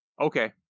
Okay